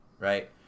Right